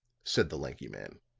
said the lanky man.